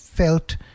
Felt